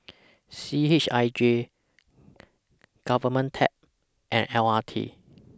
C H I J Government Tech and L R T